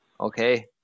Okay